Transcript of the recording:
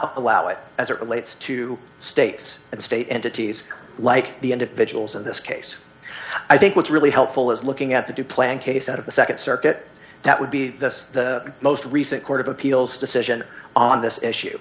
allow it as it relates to states and state entities like the individuals in this case i think what's really helpful is looking at the two playing case out of the nd circuit that would be the most recent court of appeals decision on this issue